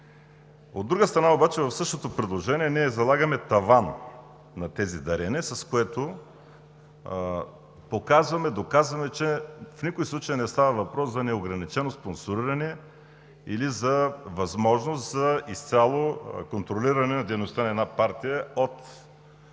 От друга страна обаче, в същото предложение ние залагаме таван на даренията, с което показваме, доказваме, че в никой случай не става въпрос за неограничено спонсориране или за възможност за изцяло контролиране на дейността на една партия от